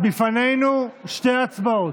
לפנינו שתי הצבעות.